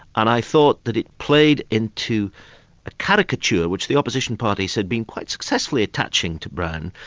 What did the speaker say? and i thought that it played into a caricature which the opposition parties had been quite successfully attaching to brown,